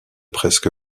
presque